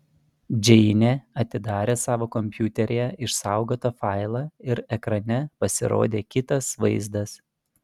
džeinė atidarė savo kompiuteryje išsaugotą failą ir ekrane pasirodė kitas vaizdas